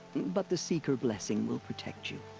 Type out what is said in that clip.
but the seeker blessing will protect you.